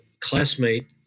classmate